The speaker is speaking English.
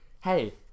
hey